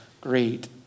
Great